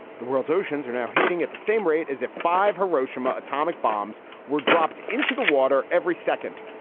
the world's oceans are now heating at the same rate as a five hiroshima. atomic bombs were dropped into the water every second.